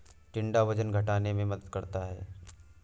टिंडा वजन घटाने में मदद करता है